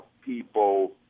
people